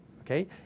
Okay